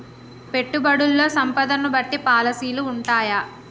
పెట్టుబడుల్లో సంపదను బట్టి పాలసీలు ఉంటయా?